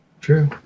true